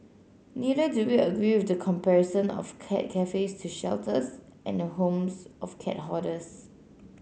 neither do we agree with the comparison of cat cafes to shelters and the homes of cat hoarders